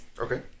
Okay